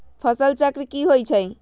फसल चक्र की होइ छई?